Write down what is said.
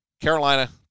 Carolina